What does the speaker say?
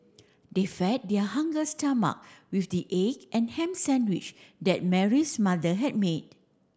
they fed their hunger stomach with the egg and ham sandwich that Mary's mother had made